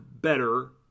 better